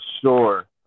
sure